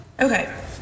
Okay